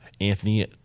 Anthony